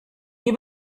nie